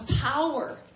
power